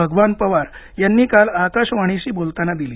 भगवान पवार यांनी काल आकाशवाणीशी बोलताना दिली